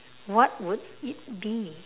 what would it be